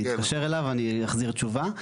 אני אתקשר אליו ואני אחזיר תשובה.